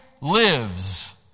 lives